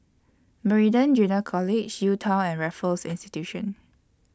Meridian Junior College UTown and Raffles Institution